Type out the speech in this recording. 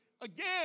again